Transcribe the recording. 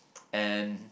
and